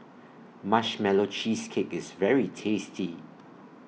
Marshmallow Cheesecake IS very tasty